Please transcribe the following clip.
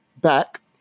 Back